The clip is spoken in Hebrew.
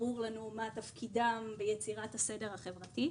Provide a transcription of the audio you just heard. ברור לנו מה תפקידם ביצירת הסדר החברתי,